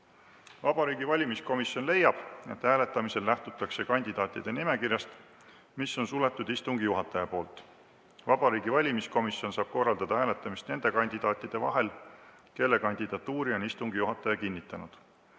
Vabariigi Valimiskomisjon leiab, et hääletamisel lähtutakse kandidaatide nimekirjast, mis on suletud istungi juhataja poolt. Vabariigi Valimiskomisjon saab korraldada hääletamist nende kandidaatide vahel, kelle kandidatuuri on istungi juhataja kinnitanud.